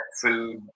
food